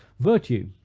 virtue,